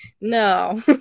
no